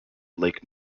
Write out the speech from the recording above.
lake